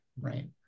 right